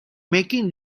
making